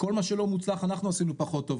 כל מה שלא מצליח אנחנו עשינו פחות טוב,